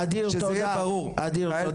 אדיר תודה רבה.